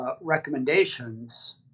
recommendations